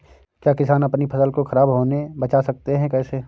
क्या किसान अपनी फसल को खराब होने बचा सकते हैं कैसे?